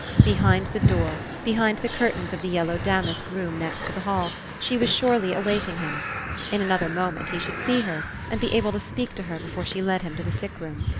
behind the door, behind the curtains of the yellow damask room next to the hall, she was surely awaiting him in another moment he should see her, and be able to speak to her before she led him to the sick-room.